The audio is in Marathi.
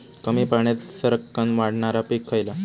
कमी पाण्यात सरक्कन वाढणारा पीक खयला?